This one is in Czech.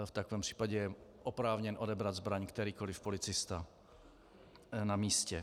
V takovém případě je oprávněn odebrat zbraň kterýkoli policista na místě.